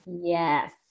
Yes